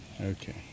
Okay